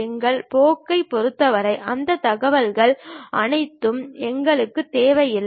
எங்கள் போக்கைப் பொறுத்தவரை அந்தத் தகவல்கள் அனைத்தும் எங்களுக்குத் தேவையில்லை